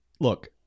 Look